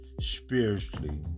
spiritually